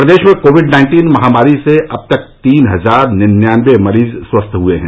प्रदेश में Covid nineteen महामारी से अब तक तीन हजार निन्यानबे मरीज स्वस्थ हुए हैं